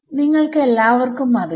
നിങ്ങൾക്ക് എല്ലാർക്കും അറിയാം